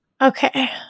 Okay